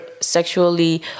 sexually